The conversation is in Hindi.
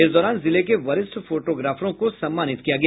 इस दौरान जिले के वरिष्ठ फोटोग्राफरों को सम्मानित किया गया